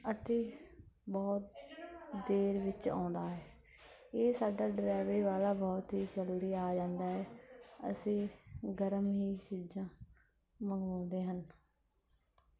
ਅਤੇ ਬਹੁਤ ਦੇਰ ਵਿੱਚ ਆਉਂਦਾ ਹੈ ਇਹ ਸਾਡਾ ਡਰੈਵਰੀ ਵਾਲਾ ਬਹੁਤ ਹੀ ਜਲਦੀ ਆ ਜਾਂਦਾ ਹੈ ਅਸੀਂ ਗਰਮ ਹੀ ਚੀਜ਼ਾਂ ਮੰਗਵਾਉਂਦੇ ਹਾਂ